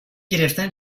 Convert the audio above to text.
گرفتن